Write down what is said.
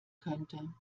könnte